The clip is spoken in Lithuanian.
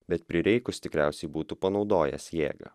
bet prireikus tikriausiai būtų panaudojęs jėgą